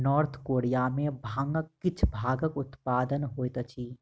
north Korea में भांगक किछ भागक उत्पादन होइत अछि